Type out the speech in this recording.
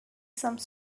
some